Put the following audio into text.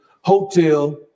hotel